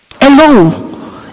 Hello